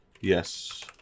Yes